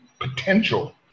potential